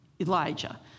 Elijah